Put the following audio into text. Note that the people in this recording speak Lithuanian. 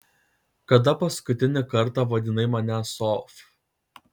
kada paskutinį kartą vadinai mane sof